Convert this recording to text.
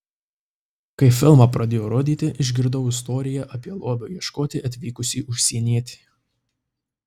kai filmą pradėjo rodyti išgirdau istoriją apie lobio ieškoti atvykusį užsienietį